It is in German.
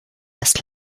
das